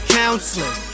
counseling